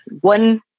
One